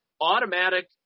automatic